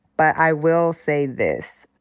but i will say this.